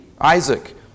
Isaac